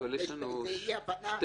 איזה אי הבנה בסיסית.